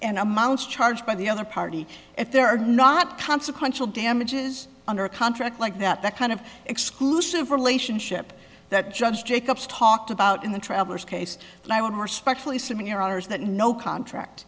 and amounts charged by the other party if there are not consequential damages under a contract like that the kind of exclusive relationship that judge jacobs talked about in the traveller's case and i want more especially some in your honour's that no contract